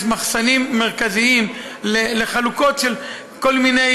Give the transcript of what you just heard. מחסנים מרכזיים לחלוקות של כל מיני